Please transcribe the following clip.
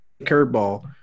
curveball